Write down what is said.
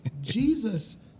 Jesus